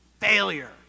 Failure